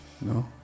No